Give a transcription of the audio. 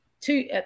two